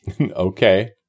Okay